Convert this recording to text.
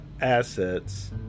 assets